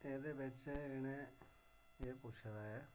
एह्दे बिच्च इ'नें एह् पुच्छे दा ऐ